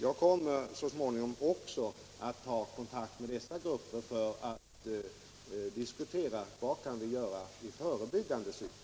Jag kommer också så småningom att ta kontakt med dessa grupper för att diskutera vad vi kan göra i förebyggande syfte.